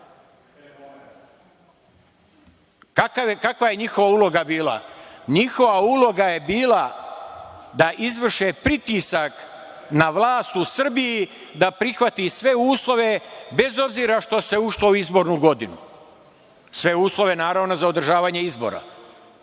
Kakva je njihova uloga bila? Njihova uloga je bila da izvrše pritisak na vlast u Srbiji da prihvati sve uslove, bez obzira što se ušlo u izbornu godinu. Sve uslove, naravno, za održavanje izbora,